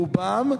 ברובם,